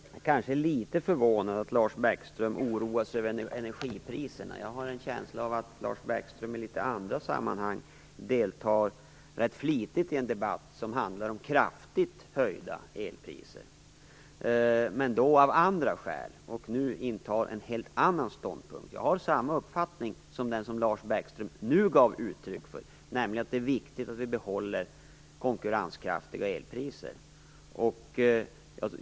Fru talman! Jag är kanske litet förvånad att Lars Bäckström oroar sig över energipriserna. Jag har en känsla av att Lars Bäckström i andra sammanhang rätt flitigt deltar i en debatt som handlar om kraftigt höjda elpriser, men då av andra skäl, och nu intar en helt annan ståndpunkt. Jag har samma uppfattning som den som Lars Bäckström nu gav uttryck för, nämligen att det är viktigt att vi behåller konkurrenskraftiga elpriser.